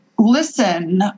Listen